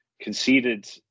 conceded